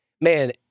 man